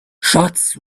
shots